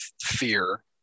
fear